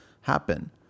happen